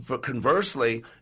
Conversely